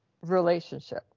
relationship